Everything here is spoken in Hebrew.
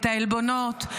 את העלבונות,